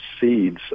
seeds